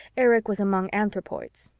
erich was among anthropoids.